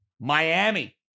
Miami